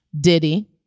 Diddy